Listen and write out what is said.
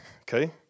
Okay